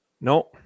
no